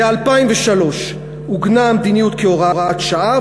ב-2003 עוגנה המדיניות כהוראת שעה,